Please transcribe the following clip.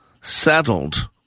settled